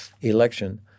election